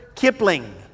kipling